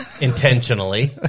intentionally